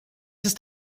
ist